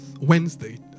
Wednesday